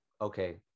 okay